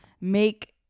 make